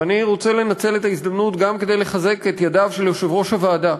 ואני רוצה לנצל את ההזדמנות גם לחזק את ידיו של יושב-ראש הוועדה,